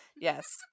Yes